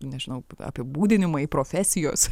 nežinau apibūdinimai profesijos